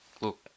Look